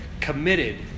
committed